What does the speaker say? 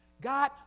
God